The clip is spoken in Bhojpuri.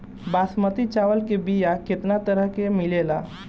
बासमती चावल के बीया केतना तरह के मिलेला?